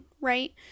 right